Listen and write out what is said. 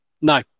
No